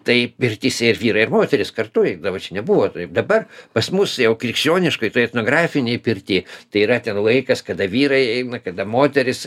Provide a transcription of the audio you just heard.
tai pirtyse ir vyrai ir moterys kartu eidavo čia nebuvo taip dabar pas mus jau krikščioniškoj toj etnografinėj pirty tai yra ten laikas kada vyrai eina kada moterys